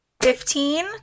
Fifteen